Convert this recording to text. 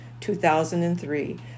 2003